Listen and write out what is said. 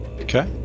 Okay